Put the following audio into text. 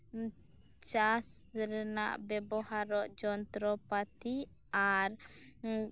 ᱪᱟᱥ ᱨᱮᱱᱟᱜ ᱵᱮᱵᱚᱦᱟᱨᱚᱜ ᱡᱚᱱᱛᱨᱚᱯᱟᱛᱤ ᱟᱨ